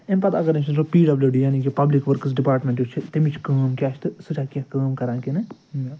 اَمہِ پتہٕ اگر أسۍ وُچھو پی ڈبلِیو ڈی یعنی کہِ پبلِک ؤرکٕس ڈِپارٹمٮ۪نٛٹ یُس چھُ تَمِچ کٲم کیٛاہ چھِ تہٕ سُہ چھا کیٚنٛہہ کٲم کَران کَران کِنہٕ نہٕ